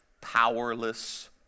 powerless